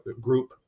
group